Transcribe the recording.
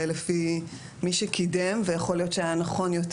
לפי מי שקידם ויכול להיות שהיה נכון יותר